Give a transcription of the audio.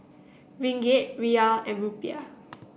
Ringgit Riyal and Rupiah